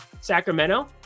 Sacramento